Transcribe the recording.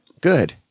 Good